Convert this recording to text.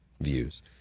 Views